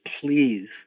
please